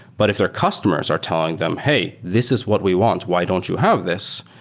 but if their customers are telling them, hey, this is what we want. why don't you have this?